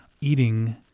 eating